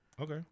Okay